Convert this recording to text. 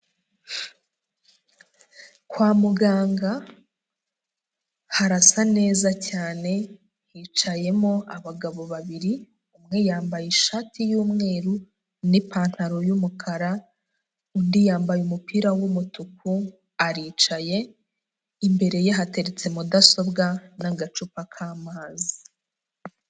Kwa muganga harasa neza cyane, hicayemo abagabo babiri umwe yambaye ishati y'umweru n'ipantaro y'umukara, undi yambaye umupira w'umutuku aricaye, imbere ye hateretse mudasobwa n'agacupa k'amazi.